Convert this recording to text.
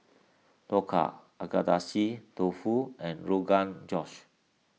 Dhokla Agedashi Dofu and Rogan Josh